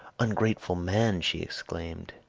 ungrateful man, she exclaimed,